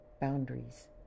boundaries